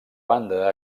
banda